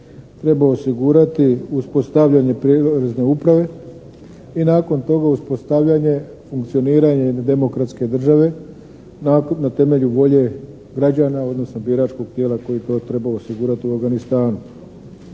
treba osigurati uspostavljanje prijelazne uprave i nakon toga uspostavljanje, funkcioniranje jedne demokratske države na temelju volje građana, odnosno biračkog tijela koje to treba osigurati u Afganistanu.